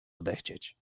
odechcieć